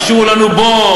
השאירו לנו בור,